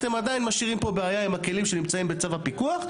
אתם עדיין משאירים פה בעיה עם הכלים שנמצאים בצו הפיקוח,